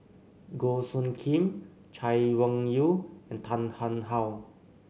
Goh Soo Khim Chay Weng Yew and Tan Tarn How